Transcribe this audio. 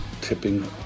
Tipping